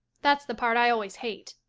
that's the part i always hate.